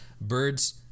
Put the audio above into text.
birds